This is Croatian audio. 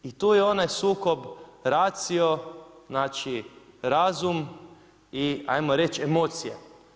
I tu je onaj sukob ratio, znači razum i hajmo reći emocije.